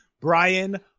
Brian